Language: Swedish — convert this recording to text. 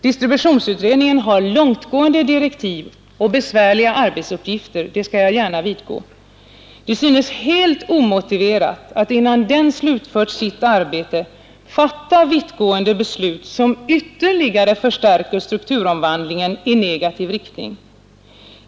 Distributionsutredningen har långtgående direktiv och besvärliga arbetsuppgifter — det skall jag gärna vidgå. Det synes helt omotiverat att innan den slutfört sitt arbete fatta vittgående beslut, som ytterligare förstärker strukturomvandlingen i negativ riktning.